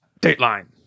Dateline